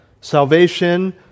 Salvation